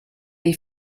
dei